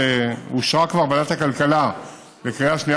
שאושרה כבר בוועדת הכלכלה לקריאה שנייה